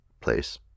place